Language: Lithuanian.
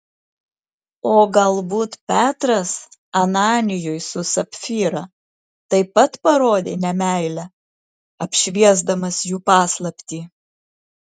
o galbūt petras ananijui su sapfyra taip pat parodė nemeilę apšviesdamas jų paslaptį